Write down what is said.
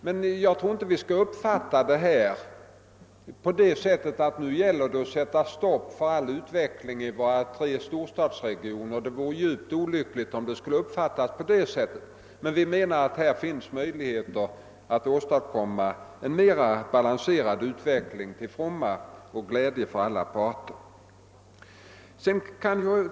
Man skall emellertid inte uppfatta detta så, att det nu gäller att sätta stopp för all utveckling i våra tre storstadsregioner — det vore djupt olyckligt — men vi menar att det här finns möjligheter att åstadkomma en mera balanserad utveckling till fromma för alla parter. Herr talman!